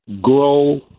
grow